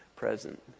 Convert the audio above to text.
Present